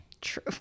True